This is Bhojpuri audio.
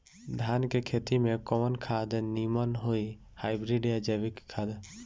धान के खेती में कवन खाद नीमन होई हाइब्रिड या जैविक खाद?